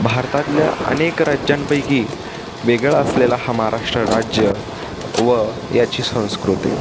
भारतातल्या अनेक राज्यांपैकी वेगळं असलेला हा महाराष्ट्र राज्य व याची संस्कृती